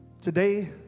Today